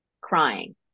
crying